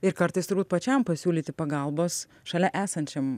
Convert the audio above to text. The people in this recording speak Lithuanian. ir kartais turbūt pačiam pasiūlyti pagalbos šalia esančiam